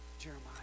Jeremiah